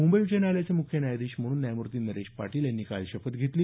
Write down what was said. मुंबई उच्च न्यायालयाचे मुख्य न्यायाधीश म्हणून न्यायमूर्ती नरेश पाटील यांनी काल शपथ घेतली